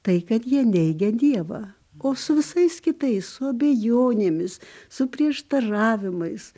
tai kad jie neigia dievą o su visais kitais su abejonėmis su prieštaravimais